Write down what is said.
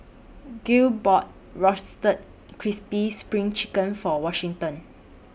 Gale bought Roasted Crispy SPRING Chicken For Washington